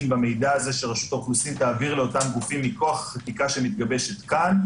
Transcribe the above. במידע הזה שרשות האוכלוסין תעביר לאותם גופים מכוח החקיקה שמתגבשת כאן,